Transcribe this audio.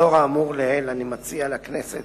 לאור האמור לעיל אני מציע לכנסת